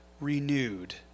renewed